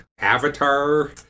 avatar